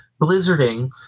blizzarding